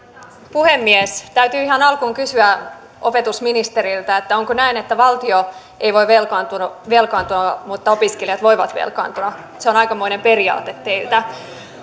puhemies täytyy ihan alkuun kysyä opetusministeriltä onko näin että valtio ei voi velkaantua velkaantua mutta opiskelijat voivat velkaantua se on aikamoinen periaate teiltä